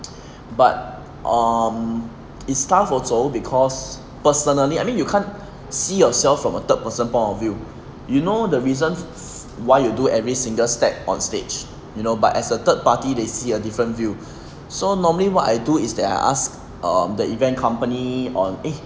but um is tough also because personally I mean you can't see yourself from a third person point of view you know the reasons why you do every single step on stage you know but as a third party they see a different view so normally what I do is that I ask the event company on eh